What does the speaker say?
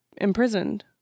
imprisoned